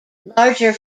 larger